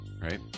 right